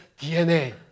DNA